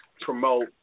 promote